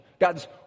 God's